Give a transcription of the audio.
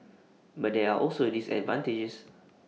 but there are also disadvantages